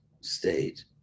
state